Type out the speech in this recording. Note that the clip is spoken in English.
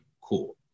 cool